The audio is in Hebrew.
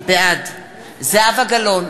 בעד זהבה גלאון,